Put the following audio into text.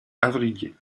avrillé